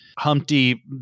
Humpty